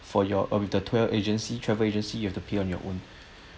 for your uh with the tour agency travel agency you have to pay on your own as long as